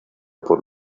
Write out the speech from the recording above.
por